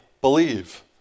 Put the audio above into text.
believe